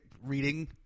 Reading